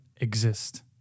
exist